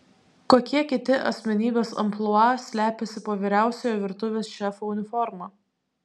kokie kiti asmenybės amplua slepiasi po vyriausiojo virtuvės šefo uniforma